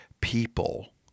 people